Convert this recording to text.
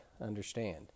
understand